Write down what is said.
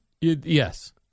yes